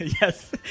Yes